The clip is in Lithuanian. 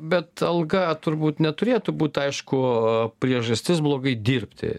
bet alga turbūt neturėtų būt aišku priežastis blogai dirbti